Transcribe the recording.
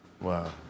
Wow